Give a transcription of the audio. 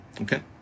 okay